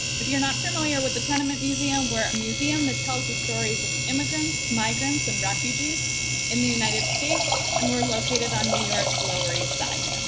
if you're not familiar with the tenement museum, we're a museum that tells the stories of immigrants, migrants, and refugees in the united states and we're located on new york's lower east side.